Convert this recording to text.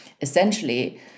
Essentially